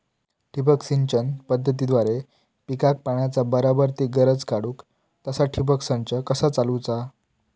ठिबक सिंचन पद्धतीद्वारे पिकाक पाण्याचा बराबर ती गरज काडूक तसा ठिबक संच कसा चालवुचा?